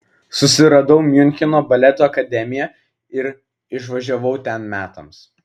susiradau miuncheno baleto akademiją ir išvažiavau ten metams